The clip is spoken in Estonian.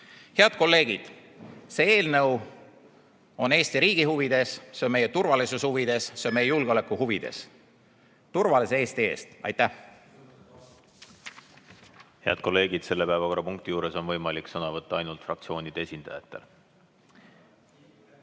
Head kolleegid! See eelnõu on Eesti riigi huvides, see on meie turvalisuse huvides, see on meie julgeoleku huvides. Turvalise Eesti eest! Aitäh! Head kolleegid, selle päevakorrapunkti juures on võimalik sõna võtta ainult fraktsioonide esindajatel.